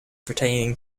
pertaining